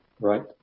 right